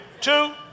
two